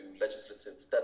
legislative